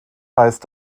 heißt